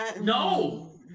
No